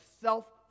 self